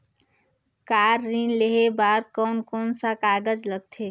Car ऋण लेहे बार कोन कोन सा कागज़ लगथे?